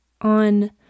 on